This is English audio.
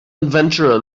adventurer